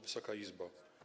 Wysoka Izbo!